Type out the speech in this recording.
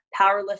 powerlifting